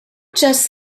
just